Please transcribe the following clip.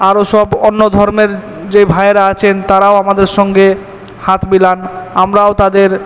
আরও সব অন্য ধর্মের যে ভাইয়েরা আছেন তারাও আমাদের সঙ্গে হাত মেলান আমরাও তাদের